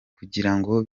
kugirango